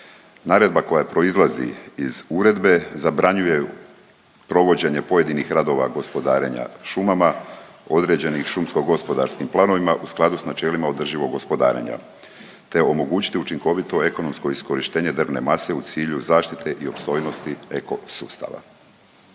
Naredba koja proizlazi iz uredbe, zabranjuje provođenje pojedinih radova gospodarenja šumama određenih šumsko-gospodarskih planovima u skladu s načelima održivog gospodarenja te omogućiti učinkovito ekonomske iskorištenje drvne mase u cilju zaštite i opstojnosti ekosustava.